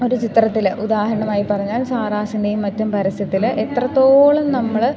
ഒരു ചിത്രത്തിൽ ഉദാഹരണമായി പറഞ്ഞാൽ സാറാസിൻ്റേയും മറ്റും പരിസ്യത്തിൽ എത്രത്തോളം നമ്മൾ